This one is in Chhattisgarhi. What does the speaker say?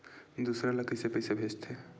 दूसरा ला कइसे पईसा भेजथे?